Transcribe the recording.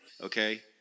Okay